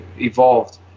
evolved